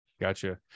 Gotcha